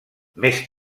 més